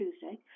Tuesday